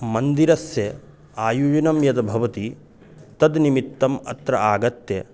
मन्दिरस्य आयोजनं यद् भवति तद् निमित्तम् अत्र आगत्य